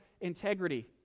integrity